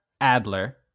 Adler